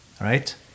right